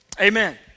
Amen